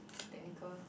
technical